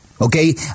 Okay